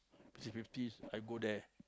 fifty I go there